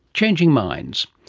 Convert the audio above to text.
changing minds.